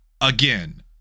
again